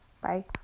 bye